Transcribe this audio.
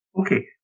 Okay